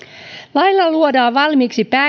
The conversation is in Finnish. lailla luodaan valmiiksi